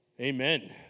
Amen